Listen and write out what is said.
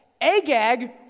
Agag